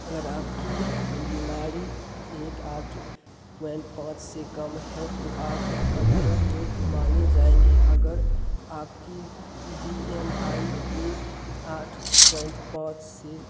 अगर आपकी बीमारी एक आठ पॉइंट पाँच से कम है तो अदरक वेट माने जाएंगे अगर आपकी बी एम आई एक आठ पॉइंट पाँच से